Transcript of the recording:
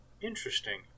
Interesting